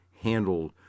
handled